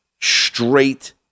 straight